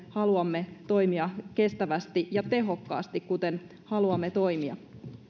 haluamme toimia kestävästi ja tehokkaasti kuten haluamme toimia